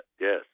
Yes